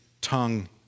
tongue